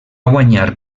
guanyar